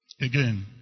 again